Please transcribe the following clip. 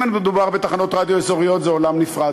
אם מדובר בתחנות רדיו אזוריות זה עולם נפרד,